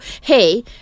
hey